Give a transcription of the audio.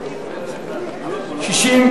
סיעת חד"ש לסעיף 2 לא נתקבלה.